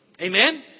Amen